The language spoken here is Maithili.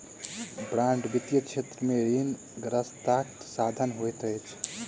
बांड वित्तीय क्षेत्र में ऋणग्रस्तताक साधन होइत अछि